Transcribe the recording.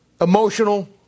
Emotional